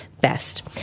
best